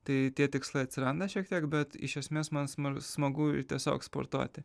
tai tie tikslai atsiranda šiek tiek bet iš esmės man smagu ir tiesiog sportuoti